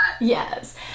Yes